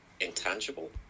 intangible